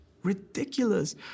Ridiculous